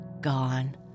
gone